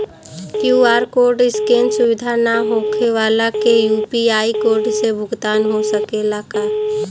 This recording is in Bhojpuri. क्यू.आर कोड स्केन सुविधा ना होखे वाला के यू.पी.आई कोड से भुगतान हो सकेला का?